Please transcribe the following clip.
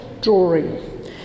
drawing